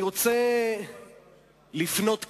אני רוצה לפנות כאן,